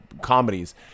comedies